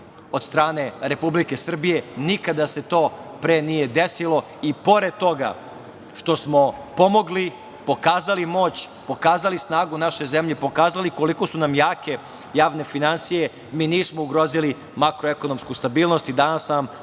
od strane Republike Srbije. Nikada se to pre nije desilo i pored toga što smo pomogli, pokazali moć, pokazali snagu naše zemlje, pokazali koliko su nam jake javne finansije. Mi nismo ugrozili makroekonomsku stabilnost i danas sam